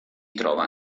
trova